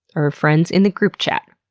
or friends in the group chat.